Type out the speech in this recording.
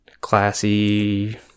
classy